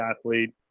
athlete